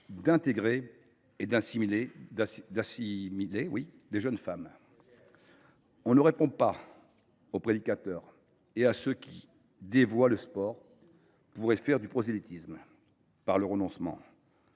d’intégrer et d’assimiler de jeunes femmes ? En rien ! Exactement ! On ne répond pas aux prédicateurs et à ceux qui dévoient le sport pour y faire du prosélytisme par le renoncement.